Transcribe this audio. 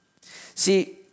See